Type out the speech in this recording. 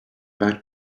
back